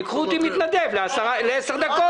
תיקחו אותי כמתנדב לעשר דקות,